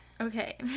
Okay